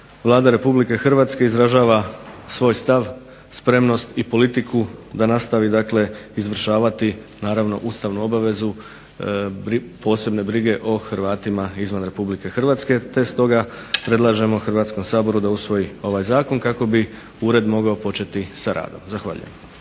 Vlada RH izražava svoj stav, spremnost i politiku da nastavi izvršavati ustavnu obvezu posebne brige o Hrvatima izvan RH, te stoga predlažemo Hrvatskom saboru da usvoji ovaj zakon kako bi ured mogao početi sa radom. Zahvaljujem.